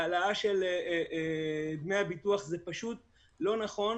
בהעלאת דמי הביטוח, כי זה פשוט לא נכון.